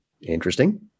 Interesting